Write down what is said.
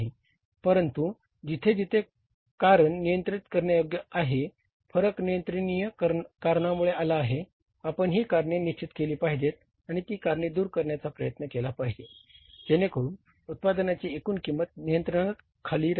परंतु जिथे जिथे कारण नियंत्रित करण्यायोग्य आहे फरक नियंत्रणीय कारणामुळे आला आहे आपण ही कारणे निश्चित केली पाहिजे आणि ती कारणे दूर करण्याचा प्रयत्न केला पाहिजे जेणेकरून उत्पादनाची एकूण किंमत नियंत्रणाखाली राहील